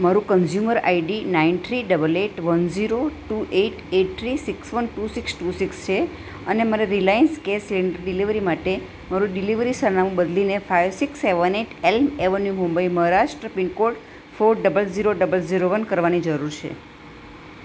મારું consumer ID nine three double eight one zero two eight eight three six one two six two six છે અને મારે Reliance gas delivery માટે મારું delivery સરનામું બદલીને five six seven eight L avenue Mumbai Maharashtra pin code four double zero double zero one કરવાની જરૂર છે